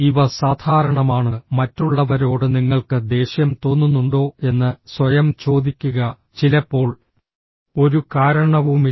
ഇവ സാധാരണമാണ്ഃ മറ്റുള്ളവരോട് നിങ്ങൾക്ക് ദേഷ്യം തോന്നുന്നുണ്ടോ എന്ന് സ്വയം ചോദിക്കുക ചിലപ്പോൾ ഒരു കാരണവുമില്ല